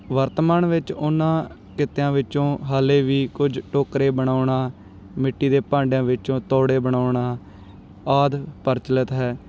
ਵਰਤਮਾਨ ਵਿੱਚ ਉਹਨਾਂ ਕਿੱਤਿਆਂ ਵਿੱਚੋਂ ਹਾਲੇ ਵੀ ਕੁਝ ਟੋਕਰੇ ਬਣਾਉਣਾ ਮਿੱਟੀ ਦੇ ਭਾਂਡਿਆਂ ਵਿੱਚੋਂ ਤੋੜੇ ਬਣਾਉਣਾ ਆਦਿ ਪਰਚਲਿਤ ਹੈ